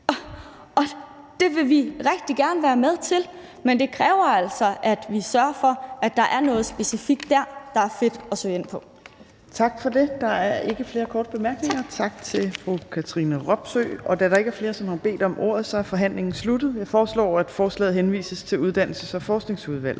Og det vil vi rigtig gerne være med til, men det kræver altså, at vi sørger for, at der er noget specifikt der, der er fedt at søge ind på. Kl. 17:59 Tredje næstformand (Trine Torp): Tak for det. Der er ikke flere korte bemærkninger. Tak til fru Katrine Robsøe. Da der ikke er flere, som har bedt om ordet, er forhandlingen sluttet. Jeg foreslår, at forslaget til folketingsbeslutning henvises til Uddannelses- og Forskningsudvalget.